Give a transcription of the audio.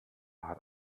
hat